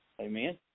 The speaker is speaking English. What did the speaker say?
Amen